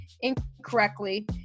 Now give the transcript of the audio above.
incorrectly